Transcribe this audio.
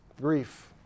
grief